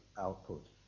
output